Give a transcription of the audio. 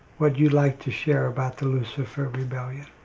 what you'd like to share about the lucifer rebellion?